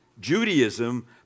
Judaism